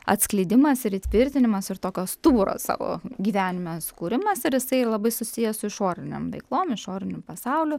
atskleidimas ir įtvirtinimas ir tokio stuburo savo gyvenime sukūrimas ir jisai labai susijęs su išoriniem veiklom išoriniu pasauliu